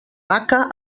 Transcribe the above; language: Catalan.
vaca